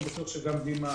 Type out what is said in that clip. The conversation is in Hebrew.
אני בטוח שגם דימה